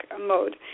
mode